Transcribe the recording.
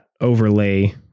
overlay